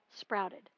sprouted